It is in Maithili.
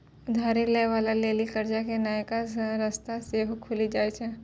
उधारी लै बाला के लेली कर्जा के नयका रस्ता सेहो खुलि जाय छै